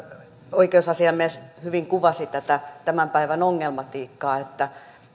oikeusasiamies hyvin kuvasi tätä tämän päivän ongelmatiikkaa että